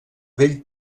vell